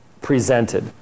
presented